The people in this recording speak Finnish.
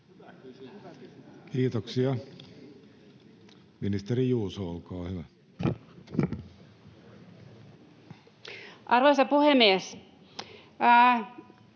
Kiitoksia. — Ministeri Juuso, olkaa hyvä. [Speech